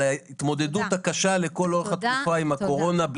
ההתמודדות הקשה לכל אורך התקופה עם הקורונה,